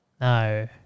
No